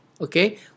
Okay